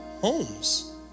homes